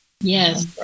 Yes